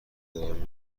دارم